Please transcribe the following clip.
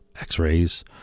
x-rays